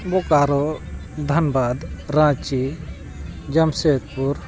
Bokaro Dhanbad Ranchi Jamshedpur